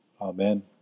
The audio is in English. Amen